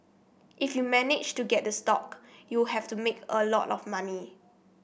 if you managed to get the stock you have to made a lot of money